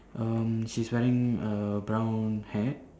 um she's wearing a brown hat